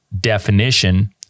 definition